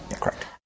Correct